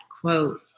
quote